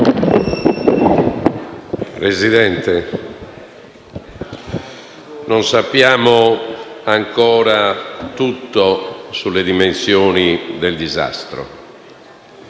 Presidente, non sappiamo ancora tutto sulle dimensioni del disastro